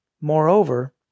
moreover